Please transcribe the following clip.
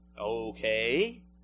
Okay